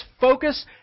focus